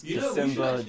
December